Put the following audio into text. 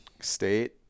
state